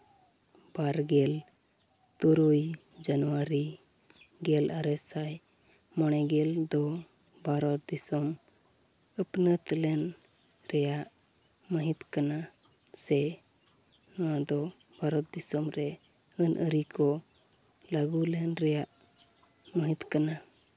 ᱵᱟᱨ ᱜᱮᱞ ᱛᱩᱨᱩᱭ ᱡᱟᱹᱱᱩᱣᱟᱨᱤ ᱜᱮᱞ ᱟᱨᱮ ᱥᱟᱭ ᱢᱚᱬᱮ ᱜᱮᱞ ᱫᱚ ᱵᱷᱟᱨᱚᱛ ᱫᱤᱥᱚᱢ ᱟᱹᱯᱱᱟᱹᱛ ᱞᱮᱱ ᱨᱮᱭᱟᱜ ᱢᱟᱹᱦᱤᱛ ᱠᱟᱱᱟ ᱥᱮ ᱱᱚᱣᱟ ᱫᱚ ᱵᱷᱟᱨᱚᱛ ᱫᱤᱥᱚᱢ ᱨᱮ ᱟᱹᱱᱼᱟᱹᱨᱤ ᱠᱚ ᱞᱟᱹᱜᱩ ᱞᱮᱱ ᱨᱮᱭᱟᱜ ᱢᱟᱹᱦᱤᱛ ᱠᱟᱱᱟ